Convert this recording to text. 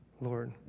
Lord